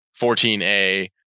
14A